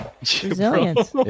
Resilience